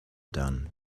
done